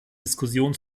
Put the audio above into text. diskussion